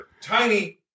tiny